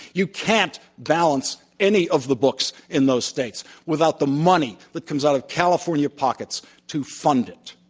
you can't balance any of the books in those states without the money that comes out of california pockets to fund it.